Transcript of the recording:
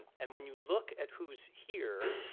and when you look at who is here,